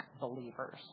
believers